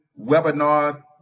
webinars